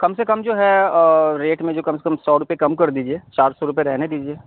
کم سے کم جو ہے ریٹ میں جو کم سے کم سو روپئے کم کر دیجیے چار سو روپئے رہنے دیجیے